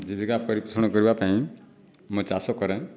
ଜୀବିକା ପରିପୋଷଣ କରିବା ପାଇଁ ମୁଁ ଚାଷ କରେ